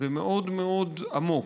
ומאוד מאוד עמוק.